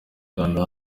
kanda